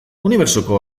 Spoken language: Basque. unibertsoko